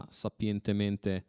sapientemente